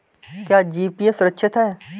क्या जी.पी.ए सुरक्षित है?